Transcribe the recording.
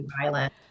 violent